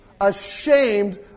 ashamed